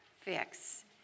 fix